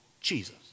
Jesus